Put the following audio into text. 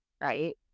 right